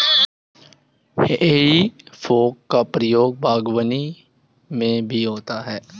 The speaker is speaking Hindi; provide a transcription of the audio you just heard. हेइ फोक का प्रयोग बागवानी में भी होता है